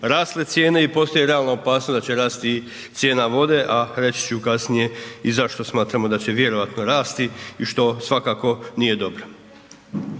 rasle cijene i postoji realna opasnost da će rasti i cijena vode a reći ću kasnije i zašto smatramo da će vjerovatno rasti i što svakako nije dobro.